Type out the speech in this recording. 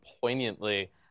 poignantly